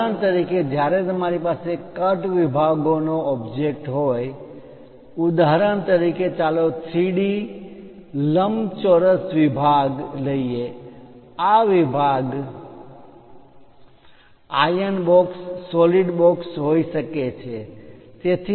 ઉદાહરણ તરીકે જ્યારે તમારી પાસે કટ વિભાગોનો ઓબ્જેક્ટ હોય ઉદાહરણ તરીકે ચાલો 3D લંબચોરસ વિભાગ rectangular block લંબચોરસ બોક્સ લઈએ તે વિભાગ box iron box solid box હોઈ શકે છે